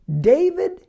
David